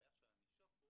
הבעיה היא שהענישה פה